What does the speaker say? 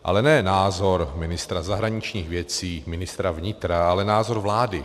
Ale ne názor ministra zahraničních věcí, ministra vnitra, ale názor vlády.